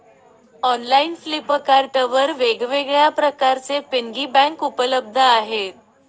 online Flipkart वर वेगवेगळ्या प्रकारचे पिगी बँक उपलब्ध आहेत